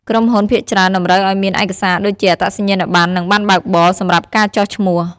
ក្រុមហ៊ុនភាគច្រើនតម្រូវឱ្យមានឯកសារដូចជាអត្តសញ្ញាណប័ណ្ណ និងប័ណ្ណបើកបរ សម្រាប់ការចុះឈ្មោះ។